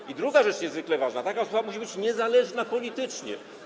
I druga rzecz niezwykle ważna: taka osoba musi być niezależna politycznie.